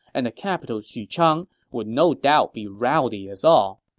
and the capital xuchang would no doubt be rowdy as all.